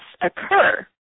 occur